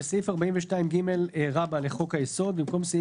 חבר הכנסת גפני, ברוך הבא.